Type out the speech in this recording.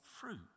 fruit